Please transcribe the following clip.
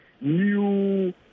new